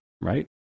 right